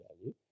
value